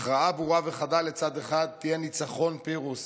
הכרעה ברורה וחדה לצד אחד תהיה ניצחון פירוס.